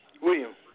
William